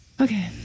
okay